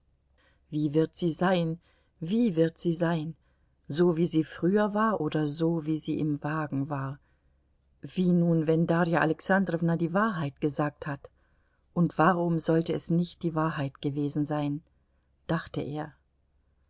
wie wird sie sein wie wird sie sein so wie sie früher war oder so wie sie im wagen war wie nun wenn darja alexandrowna die wahrheit gesagt hat und warum sollte es nicht die wahrheit gewesen sein dachte er